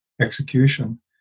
execution